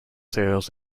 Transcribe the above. cereals